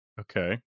Okay